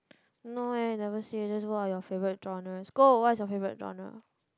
no eh never say just what are your favourite genres go what's your favourite genre